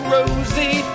Rosie